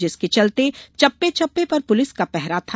जिसके चलते चप्पे चप्पे पर पुलिस का पहरा था